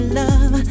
love